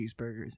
cheeseburgers